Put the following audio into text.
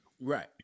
right